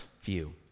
view